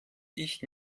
ich